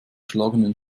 schlagenden